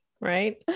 right